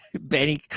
Benny